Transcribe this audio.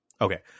okay